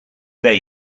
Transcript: there